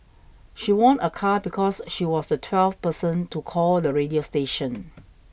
she won a car because she was the twelfth person to call the radio station